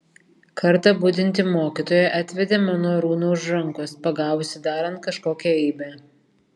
kartą budinti mokytoja atvedė mano arūną už rankos pagavusi darant kažkokią eibę